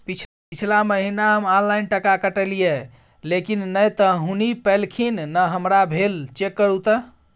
पिछला महीना हम ऑनलाइन टका कटैलिये लेकिन नय त हुनी पैलखिन न हमरा प्राप्त भेल, चेक करू त?